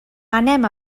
anem